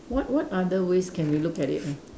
what what other ways can we look at it ah